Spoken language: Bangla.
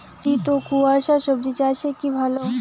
শীত ও কুয়াশা স্বজি চাষে কি ভালো?